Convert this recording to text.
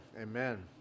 Amen